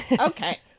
Okay